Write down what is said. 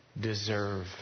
deserve